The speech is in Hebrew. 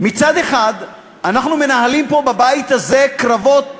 מצד אחד אנחנו מנהלים פה, בבית הזה, קרבות